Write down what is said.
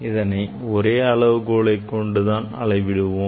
இதனை ஒரே அளவுகோலைக் கொண்டு தான் அளவிடுவோம்